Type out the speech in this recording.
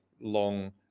long